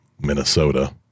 minnesota